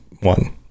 one